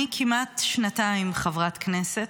אני כמעט שנתיים חברת כנסת,